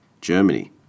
Germany